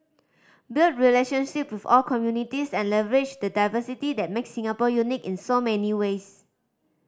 build relationship with all communities and leverage the diversity that makes Singapore unique in so many ways